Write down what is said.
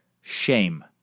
Shame